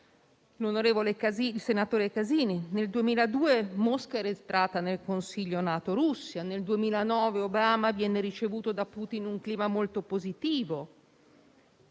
anche il senatore Casini, nel 2002 Mosca era entrata nel Consiglio NATO-Russia, nel 2009 Obama venne ricevuto da Putin in un clima molto positivo.